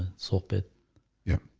sort bit. yeah,